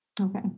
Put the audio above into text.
Okay